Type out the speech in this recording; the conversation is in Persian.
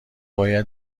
باید